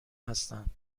هستند